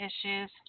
issues